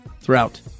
throughout